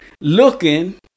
looking